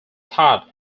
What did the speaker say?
thought